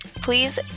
Please